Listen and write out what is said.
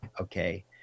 okay